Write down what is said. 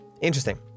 Interesting